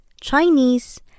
Chinese